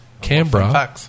Canberra